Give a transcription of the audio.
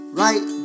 right